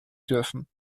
dürfen